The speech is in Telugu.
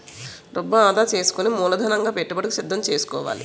డబ్బు ఆదా సేసుకుని మూలధనంగా పెట్టుబడికి సిద్దం సేసుకోవాలి